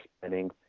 spending